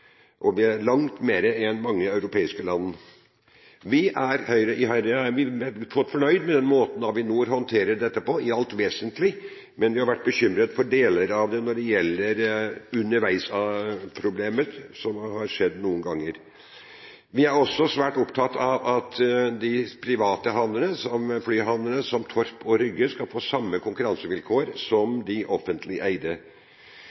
i Norge – langt mer enn i mange andre europeiske land. Vi i Høyre er godt fornøyd med den måten Avinor håndterer dette på – i det alt vesentlige – men vi har vært bekymret for en del problemer underveis, som det har vært noen ganger. Vi er også svært opptatt av at de private flyhavnene, som Torp og Rygge, skal få samme konkurransevilkår som de offentlig eide.